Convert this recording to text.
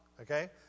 okay